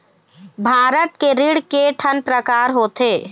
भारत के ऋण के ठन प्रकार होथे?